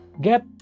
Get